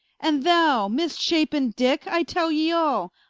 and thou mis-shapen dicke, i tell ye all,